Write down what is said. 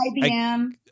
IBM